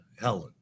Helen